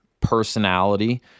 personality